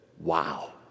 wow